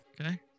Okay